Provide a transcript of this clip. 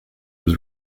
was